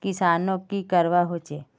किसानोक की करवा होचे?